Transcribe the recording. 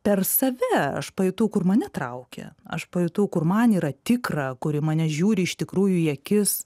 per save aš pajutau kur mane traukia aš pajutau kur man yra tikra kur į mane žiūri iš tikrųjų į akis